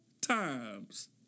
times